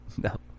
No